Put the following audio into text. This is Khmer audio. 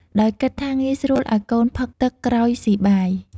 ដោយគិតថាងាយស្រួលឱ្យកូនផឹកទឹកក្រោយស៊ីបាយ។